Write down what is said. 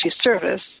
service